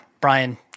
Brian –